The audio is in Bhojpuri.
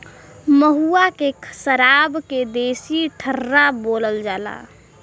महुआ के सराब के देसी ठर्रा बोलल जाला